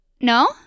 No